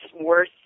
worth